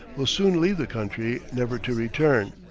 will soon leave the country, never to return.